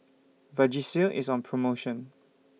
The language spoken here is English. Vagisil IS on promotion